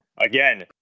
Again